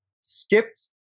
skipped